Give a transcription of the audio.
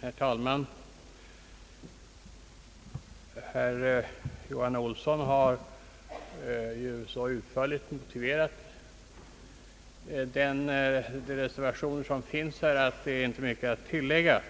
Herr talman! Herr Johan Olsson har så utförligt motiverat de reservationer som finns att det inte är mycket att tillägga.